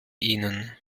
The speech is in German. ihnen